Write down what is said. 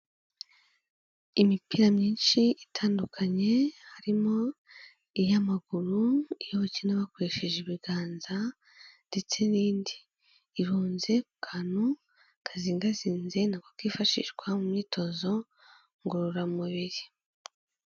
Imipira myinshi itandukanye harimo iy'amaguru, iyo bakina bakoresheje ibiganza ndetse n'indi, irunze ku kantu kazingazinze nako kifashishwa mu myitozo ngororamubiri.